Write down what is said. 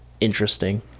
interesting